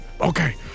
Okay